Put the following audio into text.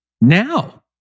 now